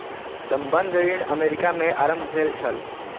संबंद्ध ऋण अमेरिका में आरम्भ भेल छल